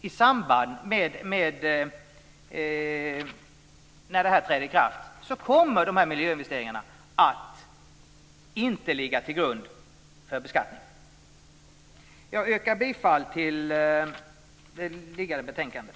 I samband med att bestämmelserna träder i kraft kommer miljöinvesteringarna inte att ligga till grund för beskattning. Jag yrkar bifall till förslagen i det föreliggande betänkandet.